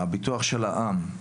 הביטוח של העם,